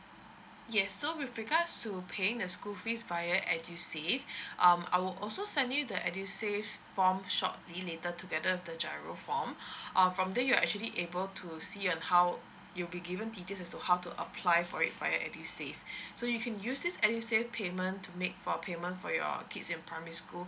yes so with regards to paying the school fees via edusave um I will also send you the edusave form shortly later together with the giro form err from there you actually able to see and how you'll be given details also how to apply for it via edusave so you can use this edusave payment to make for payment for your kids in primary school